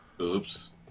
Oops